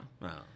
Wow